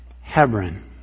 Hebron